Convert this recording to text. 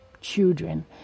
children